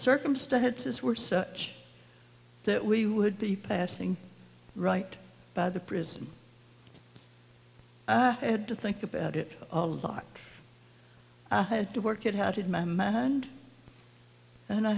circumstances were such that we would be passing right by the prison i had to think about it a lot i had to work it had my man and i